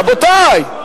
רבותי.